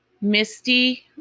Misty